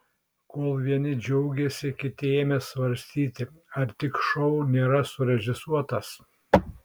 kol vieni džiaugėsi kiti ėmė svarstyti ar tik šou nėra surežisuotas